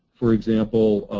for example,